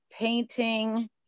painting